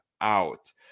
out